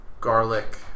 garlic